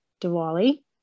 Diwali